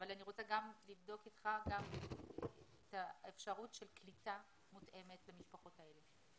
אני רוצה גם לבדוק איתך גם את האפשרות של קליטה מותאמת למשפחות האלה.